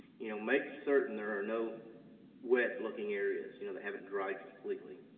you know make certain there are no wet-looking areas you know that haven't dried completely.